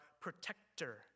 protector